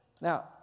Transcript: Now